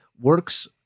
works